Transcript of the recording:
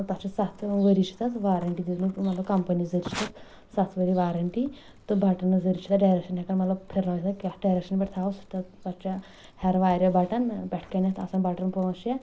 تَتھ چھِ سَتھ ؤری چھِ تَتھ وارنٹی دِژمٕژ مطلب کَمپنی ذریعہ چھ تَتھ سَتھ ؤری وارنٹی تہٕ بٹنو ذریعے چھِ ڈایریکشَن ہٮ۪کان مطلب پھرۍنٲوِتھ تَتھ ڈایریکشن پٮ۪ٹھ تھاوَو سُہ چھُ تَتھ پتہٕ چھِ ہیرٕ واریاہ بَٹن پٮ۪ٹھٕ کَنیٚتھ آسان بَٹن پانٛژھ شیٚے